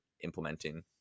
implementing